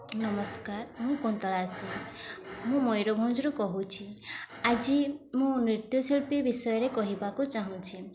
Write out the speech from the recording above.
ନମସ୍କାର ମୁଁ କୁନ୍ତଳା ଶ୍ରୀ ମୁଁ ମୟୂରଭଞ୍ଜରୁ କହୁଛି ଆଜି ମୁଁ ନୃତ୍ୟଶିଳ୍ପୀ ବିଷୟରେ କହିବାକୁ ଚାହୁଁଛି